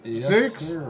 six